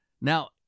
Now